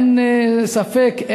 אין ספק,